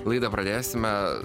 laidą pradėsime